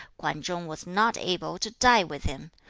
kwan chung was not able to die with him.